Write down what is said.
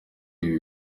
ibi